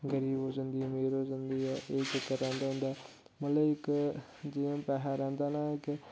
गरीब गी जन्दी ऐ अमीर गी जंदी ऐ एह् चक्कर रैहंदा ऐ मतलब इक जि'यां पैहा रैहंदा ना की